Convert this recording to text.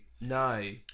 No